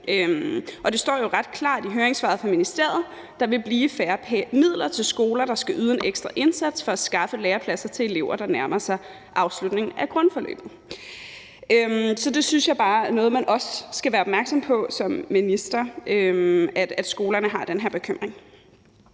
det står jo ret klart i høringssvaret fra ministeriet, at der vil blive færre midler til skoler, der skal yde en ekstra indsats for at skaffe lærepladser til elever, der nærmer sig afslutningen af grundforløbet. Så at skolerne har den her bekymring, synes jeg bare noget, man også skal være opmærksom på som minister. Så vil jeg bare slutte